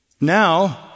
Now